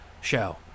show